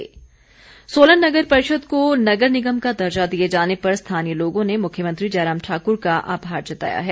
सोलन नगर निगम सोलन नगर परिषद को नगर निगम का दर्जा दिये जाने पर स्थानीय लोगों ने मुख्यमंत्री जयराम ठाकुर का आभार जताया है